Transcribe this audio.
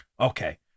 Okay